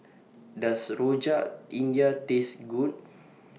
Does Rojak India Taste Good